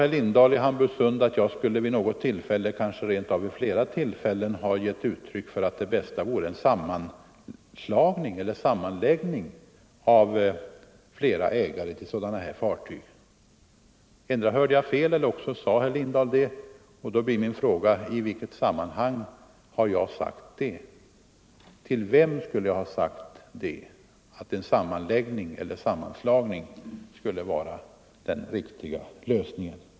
Herr Lindahl i Hamburgsund påstår att jag vid något tillfälle — kanske rent av vid flera tillfällen — skulle ha gett uttryck för uppfattningen, att det bästa vore en sammanslagning eller sammanläggning av flera ägare till sådana fartyg. Antingen hörde jag fel eller också sade herr Lindahl det. Då blir min fråga: I vilket sammanhang skulle jag ha sagt det och till vem skulle jag ha sagt att en sammanläggning eller en sammanslagning skulle vara den riktiga lösningen?